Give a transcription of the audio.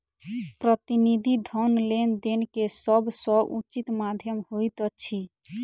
प्रतिनिधि धन लेन देन के सभ सॅ उचित माध्यम होइत अछि